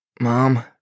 Mom